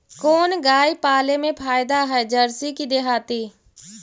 कोन गाय पाले मे फायदा है जरसी कि देहाती?